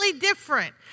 different